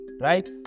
right